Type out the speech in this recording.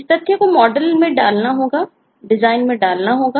इस तथ्य को मॉडल में डालना होगा डिजाइन में डालना होगा